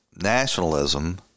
nationalism